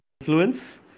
influence